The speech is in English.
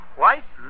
white